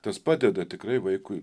tas padeda tikrai vaikui